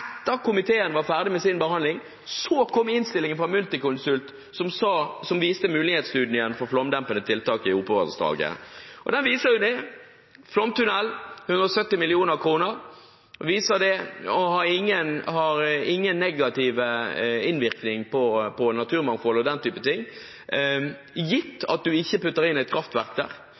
komiteen var ferdig med sin behandling. Da kom rapporten fra Multiconsult som viste fram mulighetsstudien for flomdempende tiltak i Opovassdraget. Den viste at flomtunnel koster 170 mill. kr og har ingen negativ innvirkning på naturmangfold og den slags, gitt at en ikke putter inn et kraftverk der.